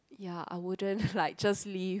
ya I wouldn't just leave